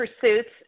pursuits